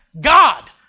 God